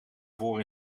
voor